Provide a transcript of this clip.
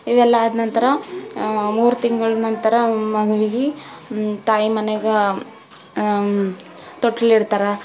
ಇವೆಲ್ಲ ಆದ ನಂತರ ಮೂರು ತಿಂಗಳ ನಂತರ ಮಗುವಿಗೆ ತಾಯಿ ಮನೆಗ ತೊಟ್ಲು ಇಡ್ತಾರೆ